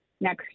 next